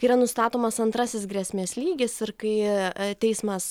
yra nustatomas antrasis grėsmės lygis ir kai teismas